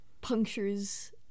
punctures